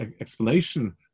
explanation